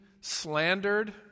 slandered